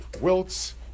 wilts